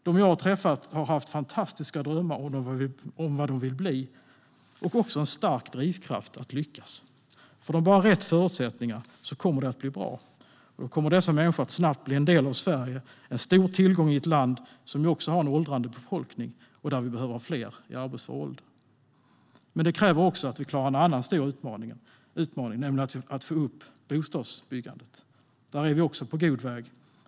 De jag har träffat har haft fantastiska drömmar om vad de vill bli och också en stark drivkraft att lyckas. Får de bara rätt förutsättningar kommer det att bli bra. Då kommer dessa människor att snabbt bli en del av Sverige, en stor tillgång i ett land som också har en åldrande befolkning och där vi behöver fler i arbetsför ålder. Men det kräver också att vi klarar en annan stor utmaning, nämligen att få upp bostadsbyggandet. Där är vi också på god väg.